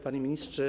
Panie Ministrze!